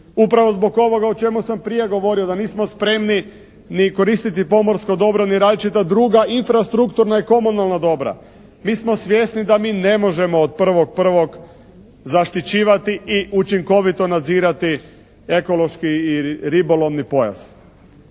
upravo zbog ovoga o čemu sam prije govorio da nismo spremni ni koristiti pomorsko dobro, ni različita druga infrastrukturna i komunalna dobra, mi smo svjesni da mi ne možemo od 1.1. zaštićivati i učinkovito nadzirati ekološki i ribolovni pojas.